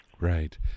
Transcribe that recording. Right